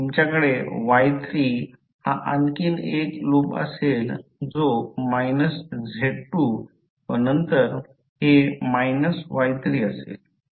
तुमच्याकडे Y3 हा आणखी एक लूप असेल जो Z2 व नंतर हे Y3 असेल